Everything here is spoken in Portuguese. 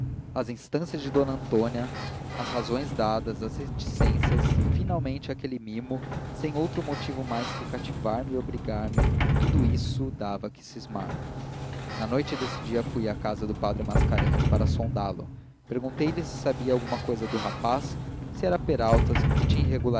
as instâncias de d antônia as razões dados as reticências e finalmente aquele mimo sem outro motivo mais que cativar me e obrigar-me tudo isso dava que cismar na noite desse dia fui à casa do padre mascarenhas para sondá lo perguntei-lhe se sabia alguma cousa do rapaz se era peralta se tinha